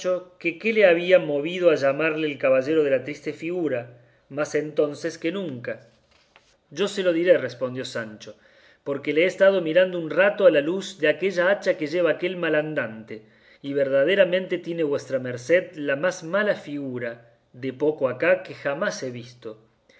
que qué le había movido a llamarle el caballero de la triste figura más entonces que nunca yo se lo diré respondió sancho porque le he estado mirando un rato a la luz de aquella hacha que lleva aquel malandante y verdaderamente tiene vuestra merced la más mala figura de poco acá que jamás he visto